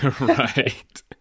right